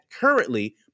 currently